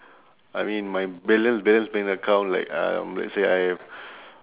I mean my balance balance bank account like um let's say I have